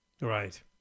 Right